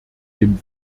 dem